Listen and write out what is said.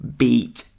beat